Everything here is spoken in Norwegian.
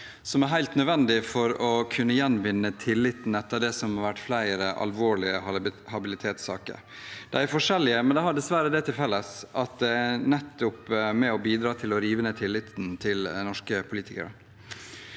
som er helt nødvendig for å kunne gjenvinne tilliten etter det som har vært flere alvorlige habilitetssaker. De er forskjellige, men de har dessverre det til felles at de nettopp er med og bidrar til å rive ned tilliten til norske politikere.